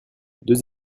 deux